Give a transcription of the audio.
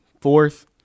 Fourth